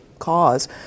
cause